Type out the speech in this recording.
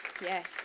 Yes